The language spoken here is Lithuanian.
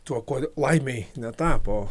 tuo kuo laimei netapo